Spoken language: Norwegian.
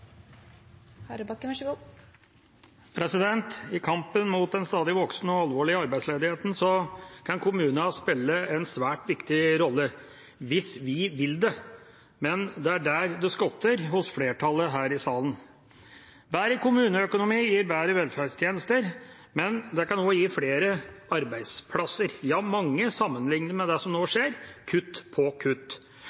I kampen mot den stadig voksende og alvorlige arbeidsledigheten kan kommunen spille en svært viktig rolle – hvis vi vil det. Men det er der det skorter hos flertallet her i salen. Bedre kommuneøkonomi gir bedre velferdstjenester, men det kan også gi flere arbeidsplasser, ja mange sammenlignet med det som nå skjer: kutt på kutt.